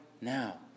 now